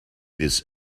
this